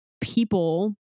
people